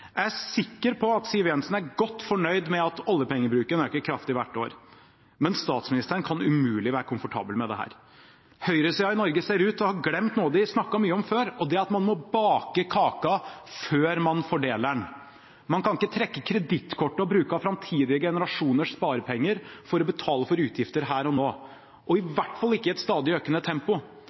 Jeg er sikker på at Siv Jensen er godt fornøyd med at oljepengebruken øker kraftig hvert år. Men statsministeren kan umulig være komfortabel med dette. Høyresiden i Norge ser ut til å ha glemt noe de snakket mye om før, og det er at man må bake kaka før man fordeler den. Man kan ikke trekke kredittkortet og bruke av framtidige generasjoners sparepenger for å betale for utgifter her og nå, og i hvert fall ikke i et stadig økende tempo.